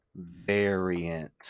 variant